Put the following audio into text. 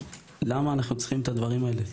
למה אנחנו צריכים את הדברים האלה,